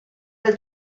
del